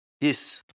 Yes